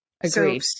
Agreed